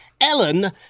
Ellen